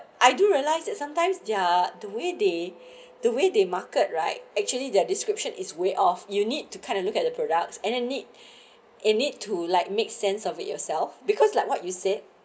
I do realize that sometimes their the way they the way they market right actually their description is way off you need to kind of look at the products and then need a need to like make sense of it yourself because like what you said